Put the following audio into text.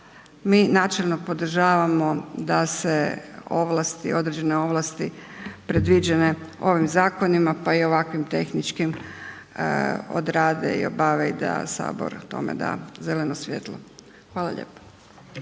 mi načelno podržavamo da se određene ovlasti predviđene ovim zakonima pa i ovakvim tehničkim, odrade i obave i da Sabor tome da zeleno svjetlo. Hvala lijepo.